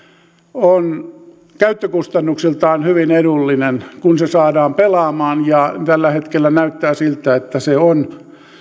on käyttökustannuksiltaan hyvin edullinen kun se saadaan pelaamaan ja tällä hetkellä näyttää siltä että se on